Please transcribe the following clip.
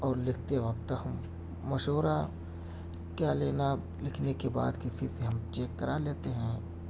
اور لکھتے وقت ہم مشورہ کیا لینا لکھنے کے بعد کسی سے ہم چیک کرا لیتے ہیں